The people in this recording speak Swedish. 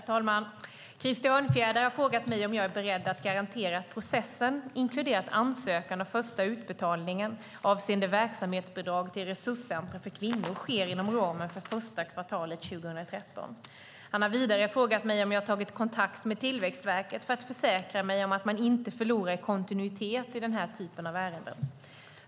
Herr talman! Krister Örnfjäder har frågat mig om jag är beredd att garantera att processen, inkluderat ansökan och första utbetalning avseende verksamhetsbidrag till resurscentrum för kvinnor sker inom ramen för första kvartalet 2013. Han har vidare frågat mig om jag tagit kontakt med Tillväxtverket för att försäkra mig om att man inte förlorar i kontinuitet i den här typen av ärenden.